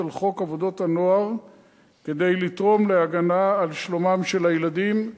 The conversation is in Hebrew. על חוק עבודת הנוער כדי לתרום להגנה על שלומם של הילדים.